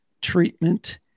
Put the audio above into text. treatment